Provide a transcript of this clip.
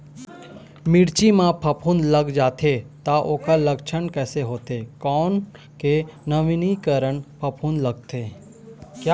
मिर्ची मा फफूंद लग जाथे ता ओकर लक्षण कैसे होथे, कोन के नवीनीकरण फफूंद लगथे?